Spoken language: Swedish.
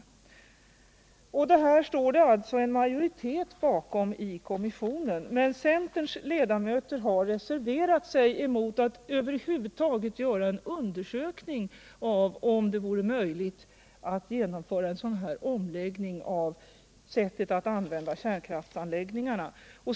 Bakom detta står alltså en majoritet i kommissionen. Men centerns ledamöter har reserverat sig mot att över huvud taget göra en undersökning av om det vore möjligt att genomföra en sådan här omläggning av sättet att använda kärnkraftsanläggningarna.